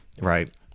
right